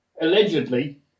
allegedly